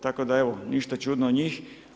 Tako da evo ništa čudno od njih.